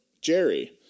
Jerry